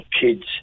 kids